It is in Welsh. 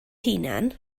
hunan